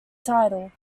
title